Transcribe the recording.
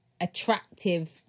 attractive